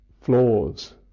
flaws